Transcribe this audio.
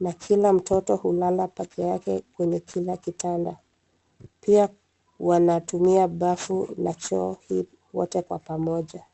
na kila mtoto hulala pekeake kwenye kila kitanda. Pia wanatumia bafuni la choo hii wote kwa pamoja.